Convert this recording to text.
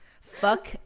Fuck